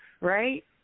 right